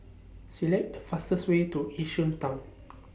Select The fastest Way to Yishun Town